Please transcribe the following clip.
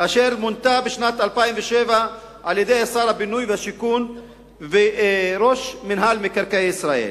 אשר מונתה בשנת 2007 על-ידי שר הבינוי והשיכון וראש מינהל מקרקעי ישראל.